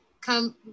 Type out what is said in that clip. come